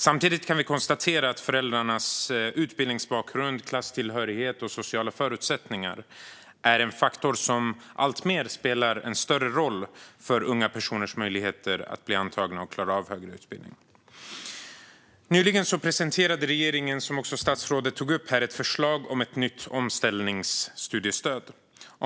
Samtidigt kan vi konstatera att föräldrarnas utbildningsbakgrund, klasstillhörighet och sociala förutsättningar är en faktor som spelar allt större roll för unga personers möjligheter att bli antagna till och klara av högre utbildning. Nyligen presenterade regeringen ett förslag om ett nytt omställningsstudiestöd, vilket statsrådet tog upp.